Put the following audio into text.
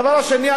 הדבר השני,